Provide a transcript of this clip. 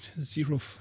zero